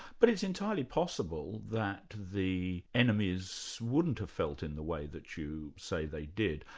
but it's entirely possible that the enemies wouldn't have felt in the way that you say they did.